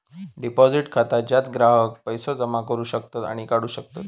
deposit खाता ज्यात ग्राहक पैसो जमा करू शकतत आणि काढू शकतत